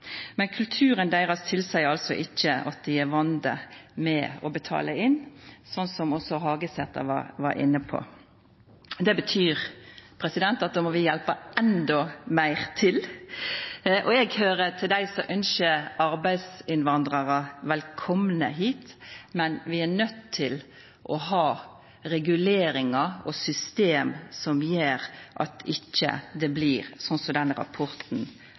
Men kulturen deira tilseier altså ikkje at dei er vande med å betala inn, slik som også Hagesæter var inne på. Det betyr at då må vi hjelpa til enda meir. Eg høyrer til dei som ønskjer arbeidsinnvandrarar velkomne hit, men vi er nøydde til å ha reguleringar og system som gjer at det ikkje blir slik som denne rapporten